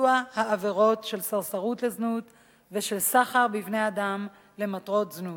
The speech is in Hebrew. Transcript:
ביצוע העבירות של סרסרות לזנות ושל סחר בבני-אדם למטרות זנות.